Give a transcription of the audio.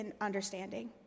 understanding